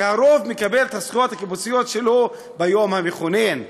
כי הרוב מקבל את הזכויות הקיבוציות שלו ביום המכונן,